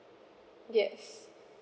yes